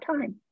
time